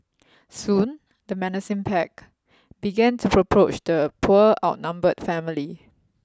soon the menacing pack began to the poor outnumbered family